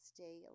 Stay